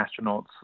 astronauts